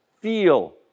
feel